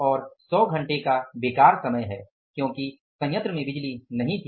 और 100 घंटे का बेकार समय है क्योंकि संयंत्र में बिजली नही थी